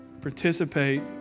participate